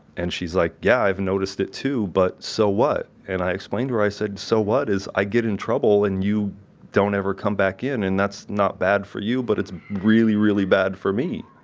and she's like, yeah, i've noticed it too, but so what? and i explained to her, i said, so what? is i get in trouble and you don't ever come back in, and that's not bad for you, but it's really really bad for me.